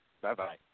Bye-bye